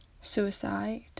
suicide